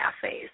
cafes